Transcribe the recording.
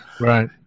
right